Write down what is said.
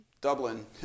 Dublin